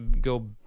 go